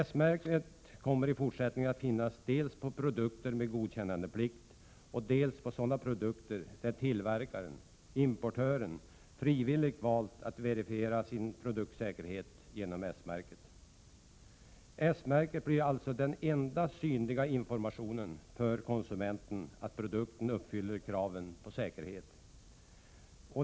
S-märket kommer i fortsättningen att finnas dels på produkter med godkännandeplikt, dels på sådana produkter där tillverkaren/importören frivilligt har valt att verifiera sin produktsäkerhet genom S-märket. S-märket blir alltså den enda synliga informationen för konsumenten om att produkten uppfyller kraven på säkerhet.